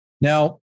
Now